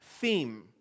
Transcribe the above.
theme